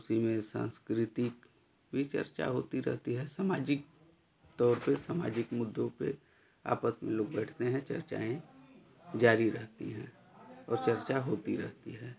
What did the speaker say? उसी में सांस्कृतिक भी चर्चा होती रहती है सामाजिक तो फिर समाजिक मुद्दों पे आपस में लोग बैठते हैं चर्चाएँ जारी रहती हैं और चर्चा होती रहती है